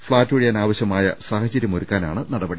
flat ഒഴിയാൻ ആവശ്യമായ സാഹ ചര്യമൊരുക്കാനാണ് നടപടി